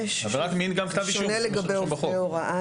זה שונה לגבי עובדי הוראה.